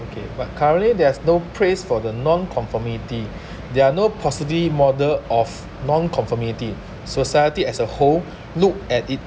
okay but currently there has no place for the nonconformity there are no paucity model of nonconformity society as a whole look at it